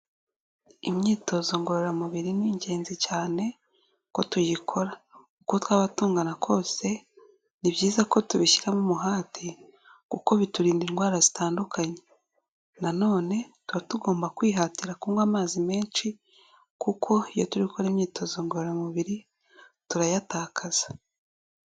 Imyitozo ngororamubiri ni ingenzi cyane ko tuyikora, uko twaba tungana kose ni byiza ko tubishyiramo umuhate kuko biturinda indwara zitandukanye nanone tuba tugomba kwihatira kunywa amazi menshi kuko iyo turi gukora imyitozo ngororamubiri turayatakaza.